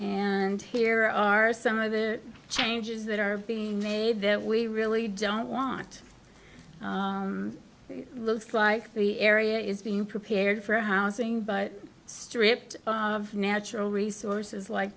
and here are some of the changes that are being made that we really don't want looks like the area is being prepared for housing but stripped of natural resources like